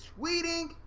tweeting